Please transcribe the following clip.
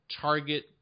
target